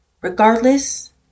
regardless